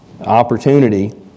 opportunity